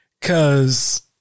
Cause